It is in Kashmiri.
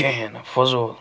کِہیٖنۍ نہٕ فضوٗل